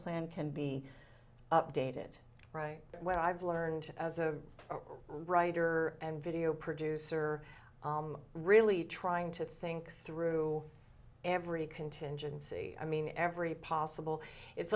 plan can be updated what i've learned as a writer and video producer really trying to think through every contingency i mean every possible it's